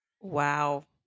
Wow